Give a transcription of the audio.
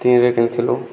ତିନିରେ କିଣିଥିଲୁ